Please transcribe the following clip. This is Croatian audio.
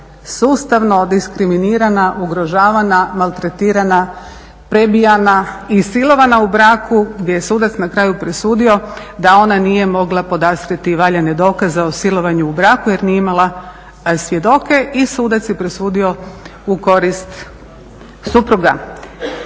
sustavno diskriminirana, ugrožavana, maltretirana, prebijana i silovana u braku gdje je sudac na kraju presudio da ona nije mogla podastrijeti valjane dokaze o silovanju u braku jer nije imala svjedoke i sudac je presudio u korist supruga.